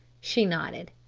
she nodded.